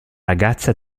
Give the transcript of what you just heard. ragazza